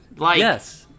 Yes